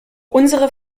unsere